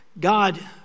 God